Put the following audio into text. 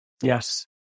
Yes